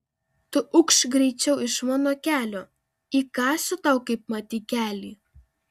tu ukš greičiau iš mano kelio įkąsiu tau kaipmat į kelį